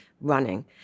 running